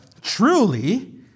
truly